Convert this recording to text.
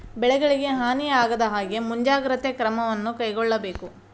ಬೆಳೆಗಳಿಗೆ ಹಾನಿ ಆಗದಹಾಗೆ ಮುಂಜಾಗ್ರತೆ ಕ್ರಮವನ್ನು ಕೈಗೊಳ್ಳಬೇಕು